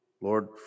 Lord